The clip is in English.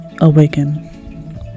awaken